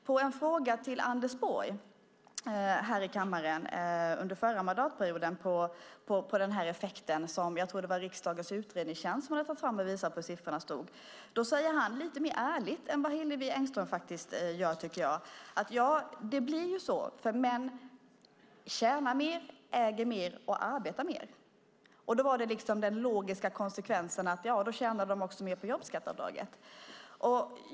På en fråga till Anders Borg här i kammaren under förra mandatperioden om den här effekten - jag tror det var riksdagens utredningstjänst som hade tagit fram och visat på siffrorna - svarade han lite mer ärligt än vad arbetsmarknadsminister Hillevi Engström gör att ja, det blir ju så för män tjänar mer, äger mer och arbetar mer. Då var liksom den logiska konsekvensen att de också tjänar mer på jobbskatteavdraget.